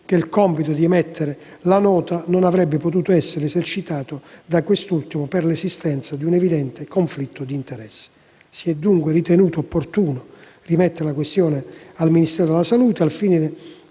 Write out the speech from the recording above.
che il compito di emettere la nota non avrebbe potuto essere esercitato da quest'ultimo per l'esistenza di un evidente conflitto di interessi. Si è dunque ritenuto opportuno rimettere la questione al Ministero della salute, al fine di